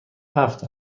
هفت